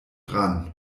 dran